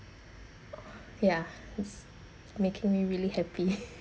ya it's making me really happy